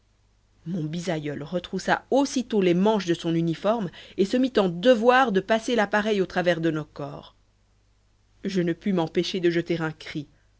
mon bisaïeul retroussa aussitôt les manches de son uniforme et se mit en devoir de passer l'appareil au travers de nos corps je ne pus m'empêcher de jeter un cri